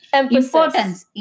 importance